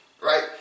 Right